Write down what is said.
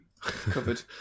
covered